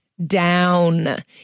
down